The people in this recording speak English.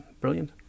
Brilliant